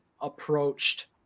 approached